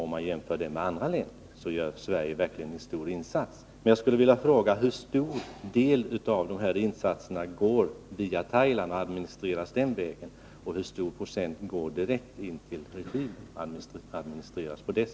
Om man jämför med andra länder gör Sverige en verkligt stor insats.